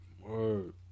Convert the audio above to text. Word